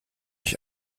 ich